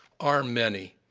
are many.